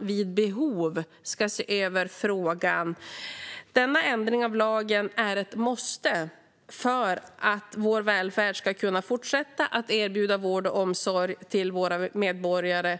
vid behov ska se över frågan, utan denna ändring av lagen är ett måste för att vår välfärd ska kunna fortsätta att erbjuda vård och omsorg till våra medborgare.